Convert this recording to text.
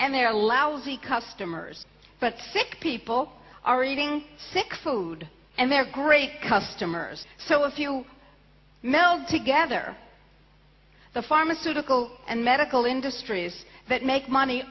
and their lousy customers but sick people are eating sick food and they're great customers so if you meld together the pharmaceutical and medical industries that make money